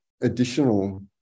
additional